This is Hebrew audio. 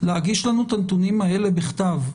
להגיש לנו את הנתונים האלה בכתב.